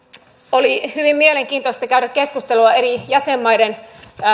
oli hyvin mielenkiintoista käydä keskustelua eri jäsenmaiden